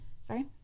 sorry